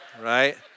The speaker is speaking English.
right